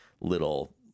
little